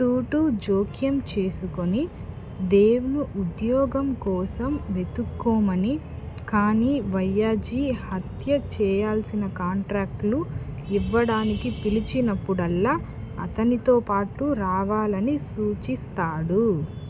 టుటు జోక్యం చేసుకుని దేవ్ను ఉద్యోగం కోసం వెతుక్కోమని కాని భయ్యాజీ హత్య చెయ్యాల్సిన కాంట్రాక్టులు ఇవ్వడానికి పిలిచినప్పుడల్లా అతనితో పాటు రావాలని సూచిస్తాడు